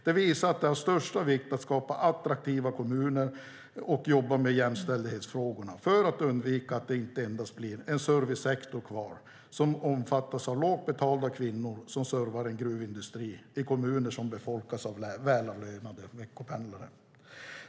Det visar att det är av största vikt att skapa attraktiva kommuner och jobba med jämställdhetsfrågorna för att undvika att det blir endast en servicesektor kvar som omfattas av lågt betalda kvinnor som servar en gruvindustri i kommuner som befolkas av välavlönade veckopendlare.